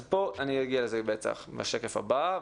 אז פה אני אגיע לזה בטח בשקף הבא.